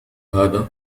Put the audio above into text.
هذا